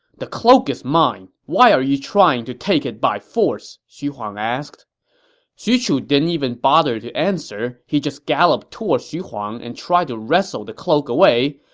the cloak is mine why are you trying to take it by force! xu huang asked xu chu didn't even bother to answer. he just galloped toward xu huang and tried to wrestle the cloak away,